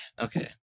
okay